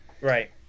Right